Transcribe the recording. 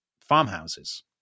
farmhouses